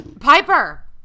Piper